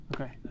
Okay